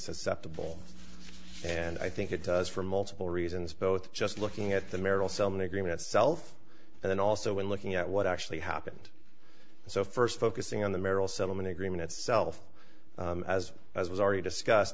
susceptible and i think it does for multiple reasons both just looking at the merrill selman agreement itself and then also when looking at what actually happened so first focusing on the merrill settlement agreement itself as as was already discussed